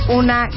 una